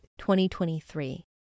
2023